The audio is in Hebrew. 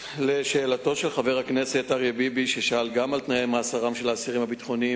חבר הכנסת אריה ביבי שאל את השר לביטחון פנים